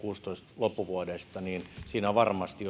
loppuvuodesta kaksituhattakuusitoista niin siinä on varmasti